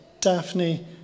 Daphne